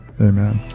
Amen